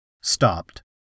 stopped